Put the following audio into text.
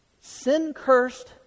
sin-cursed